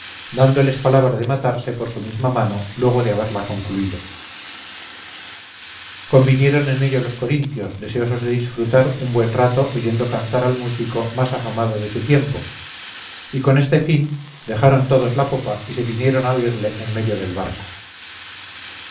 dándoles palabra de matarse por su misma mano luego de haberla concluido convinieron en ello los corintios deseosos de disfrutar un buen rato oyendo cantar al músico más afamado de su tiempo y con este fin dejaron todos la popa y se vinieron a oirle en medio del barco